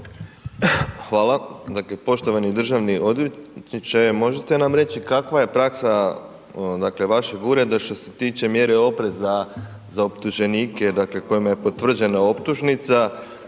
Dakle poštovani državni odvjetniče, možete nam reći kakva je praksa dakle vašeg ureda što se tiče mjere opreza za optuženike dakle kojima je potvrđena optužnica?